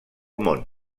món